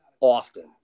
often